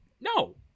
no